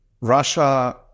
Russia